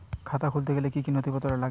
খাতা খুলতে গেলে কি কি নথিপত্র লাগে?